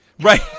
Right